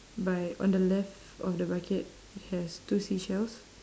by on the left of the bucket has two seashells